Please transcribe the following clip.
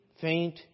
faint